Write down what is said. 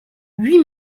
huit